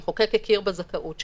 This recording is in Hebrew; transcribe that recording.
המחוקק הכיר בזכאות שלהם,